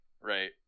Right